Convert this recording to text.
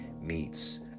meets